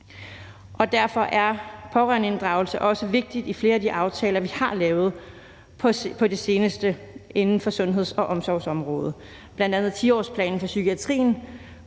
Derfor er pårørendeinddragelse også vigtigt i flere af de aftaler, vi har lavet på det seneste inden for sundheds- og omsorgsområdet, bl.a. 10-årsplanen for psykiatrien,